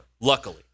luckily